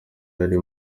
yari